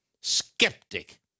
skeptic